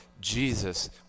Jesus